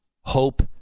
hope